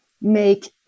make